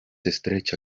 estrecha